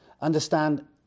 understand